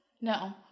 No